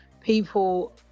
people